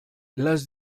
las